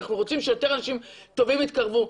אנחנו רוצים שיותר אנשים טובים יתקרבו.